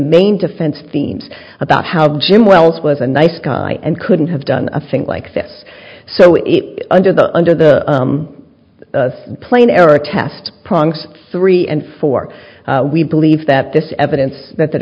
main defense themes about how jim wells was a nice guy and couldn't have done a thing like this so it under the under the plain error test prongs three and four we believe that this evidence that th